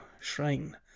Shrine